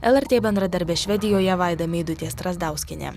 lrt bendradarbė švedijoje vaida meidutė strazdauskienė